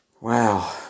Wow